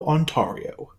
ontario